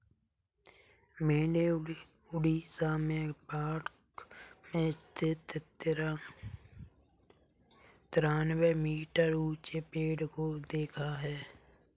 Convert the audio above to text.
मैंने उड़ीसा में पार्क में स्थित तिरानवे मीटर ऊंचे पेड़ को देखा है